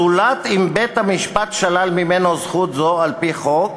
זולת אם בית-המשפט שלל ממנו זכות זו על-פי חוק,